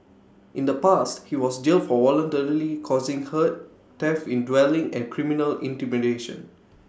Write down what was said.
in the past he was jailed for voluntarily causing hurt theft in dwelling and criminal intimidation